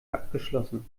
abgeschlossen